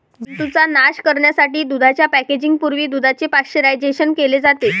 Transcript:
जंतूंचा नाश करण्यासाठी दुधाच्या पॅकेजिंग पूर्वी दुधाचे पाश्चरायझेशन केले जाते